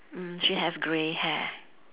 mm she has grey hair